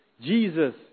Jesus